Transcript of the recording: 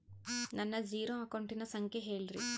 ನನ್ನ ಜೇರೊ ಅಕೌಂಟಿನ ಸಂಖ್ಯೆ ಹೇಳ್ರಿ?